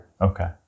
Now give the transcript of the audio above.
okay